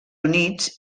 units